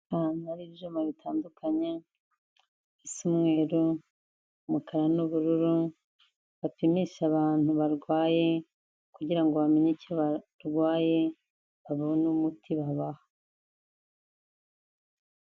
Ahantu hari ibyuma bitandukanye, bisa umweru, umukara n'ubururu, bapimisha abantu barwaye kugira ngo bamenye icyo barwaye, babone umuti babaha.